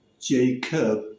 Jacob